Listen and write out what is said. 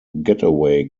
getaway